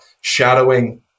shadowing